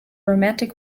romantic